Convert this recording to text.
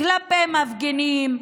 כלפי מפגינים,